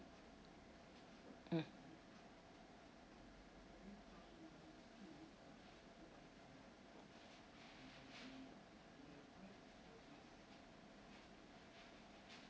mm